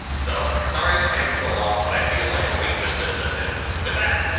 so sorry, it's taken so long, but i feel like a weight has been lifted with that.